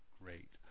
great